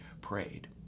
prayed